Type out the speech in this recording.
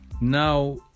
now